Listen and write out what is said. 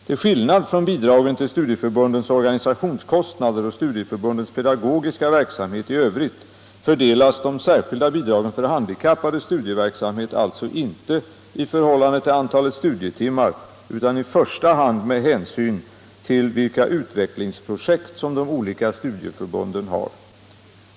Till skillnad från bidragen till studieförbundens organisationskostnader och studieförbundens pedagogiska verksamhet i övrigt fördelas de särskilda bidragen för handikappades studieverksamhet alltså inte i förhållande till antalet studietimmar utan i första hand med hänsyn till vilka utvecklingsprojekt som de olika studieförbunden har.